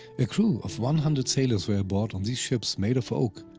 a crew of one hundred sailors were aboard on these ships made of oak,